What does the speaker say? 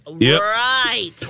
Right